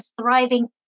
thriving